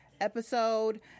episode